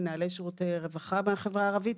מנהלי שירותי רווחה מהחברה הערבית,